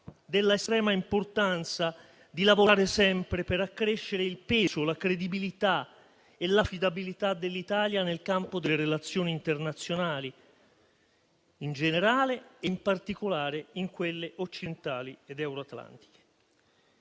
della estrema importanza di lavorare sempre per accrescere il peso, la credibilità e l'affidabilità dell'Italia nel campo delle relazioni internazionali in generale e in particolare in quelle occidentali ed euroatlantiche.